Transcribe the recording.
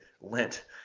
lint